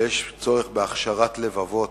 ויש צורך בהכשרת לבבות,